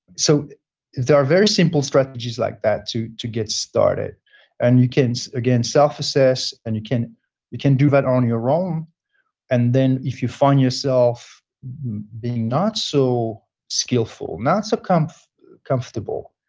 so there are very simple strategies like that to to get started and you can again, self asses and you can you can do that on your own and then if you find yourself being not so skillful, not so kind of comfortable.